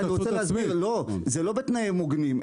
זה לא בתנאים הוגנים.